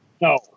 No